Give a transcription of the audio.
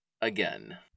again